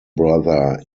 brother